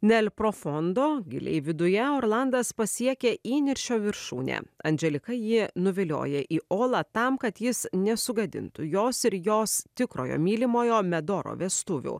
nel profondo giliai viduje orlandas pasiekia įniršio viršūnę andželika jį nuvilioja į olą tam kad jis nesugadintų jos ir jos tikrojo mylimojo medoro vestuvių